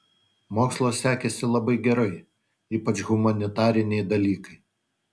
mokslas sekėsi labai gerai ypač humanitariniai dalykai